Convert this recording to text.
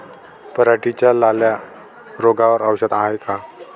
पराटीच्या लाल्या रोगावर औषध हाये का?